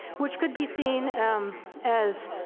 which could be seen as